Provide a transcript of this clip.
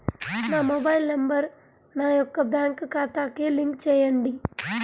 నా mobile number నా యొక్క బ్యాంక్ ఖాతాకి లింక్ చేయండీ?